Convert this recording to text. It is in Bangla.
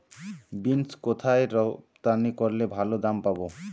বিন্স কোথায় রপ্তানি করলে ভালো দাম পাব?